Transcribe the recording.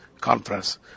conference